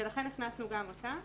ולכן הכנסנו גם אותם.